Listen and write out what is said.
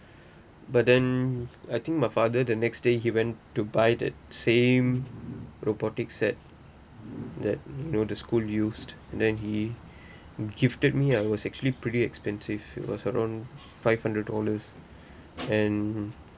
but then I think my father the next day he went to buy the same robotics set that you know the school used then he gifted me ah it was actually pretty expensive it was around five hundred dollars and